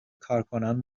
کارکنان